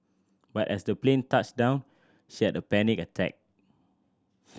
but as the plane touched down she had a panic attack